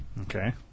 Okay